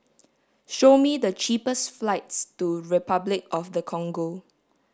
show me the cheapest flights to Repuclic of the Congo